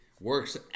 works